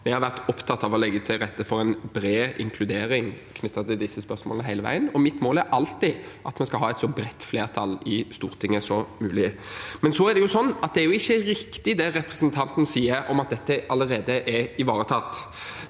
Jeg har vært opptatt av å legge til rette for en bred inkludering knyttet til disse spørsmålene hele veien, og mitt mål er alltid at vi skal ha et så bredt flertall i Stortinget som mulig. Det er jo ikke riktig det representanten sier om at dette allerede er ivaretatt.